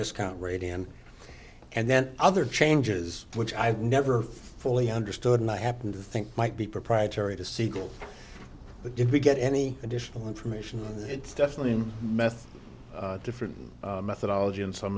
discount rate and and then other changes which i've never fully understood and i happen to think might be proprietary to siegel but if we get any additional information it's definitely in methe different methodology and some